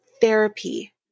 therapy